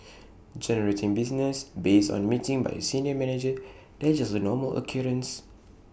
generating business based on A meeting by A senior manager that's just A normal occurrence